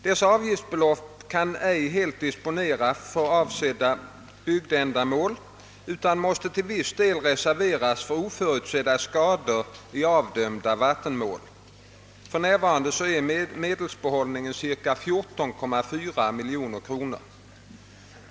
Dessa avgiftsbelopp kan ej helt disponeras för avsedda bygdeändamål utan måste till viss del reserveras för oförutsedda skador i avdömda vattenmål. För närvarande är medelsbehållningen cirka 14,4 miljoner kronor.